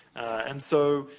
and, so,